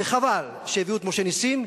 וחבל שהביאו את משה נסים,